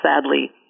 sadly